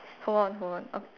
hold on hold on ok~